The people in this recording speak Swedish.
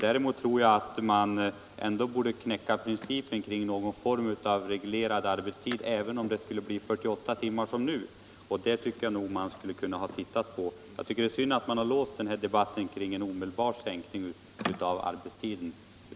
Däremot tror jag att man ändå borde knäcka principen kring någon form av reglerad arbetstid, även om det skulle bli 48 timmar som nu. Detta tycker jag nog att man borde ha sett på. Det är synd att man har låst den här debatten kring en omedelbar sänkning av arbetstiden.